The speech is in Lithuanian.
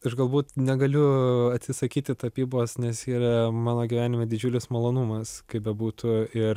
aš galbūt negaliu atsisakyti tapybos nes yra mano gyvenime didžiulis malonumas kaip bebūtų ir